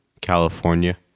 California